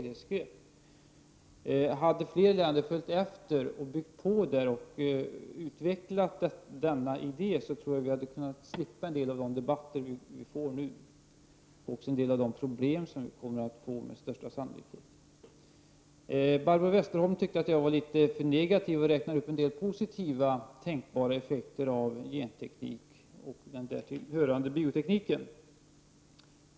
Hade fler länder följt efter, byggt på och utvecklat denna idé, hade vi kunnat slippa en del av de debatter som vi nu har och också en del av de problem som vi med största sannolikhet kommer att få. Barbro Westerholm tyckte att jag var litet för negativ och räknade upp några tänkbara positiva effekter av gentekniken och den därtill hörande biotekniken.